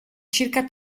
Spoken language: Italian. circa